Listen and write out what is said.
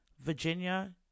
Virginia